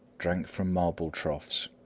drank from marble troughs,